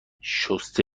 شسته